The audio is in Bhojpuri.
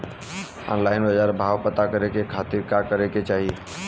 ऑनलाइन बाजार भाव पता करे के खाती का करे के चाही?